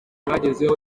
bagezeho